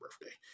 birthday